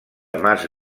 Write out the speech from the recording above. mas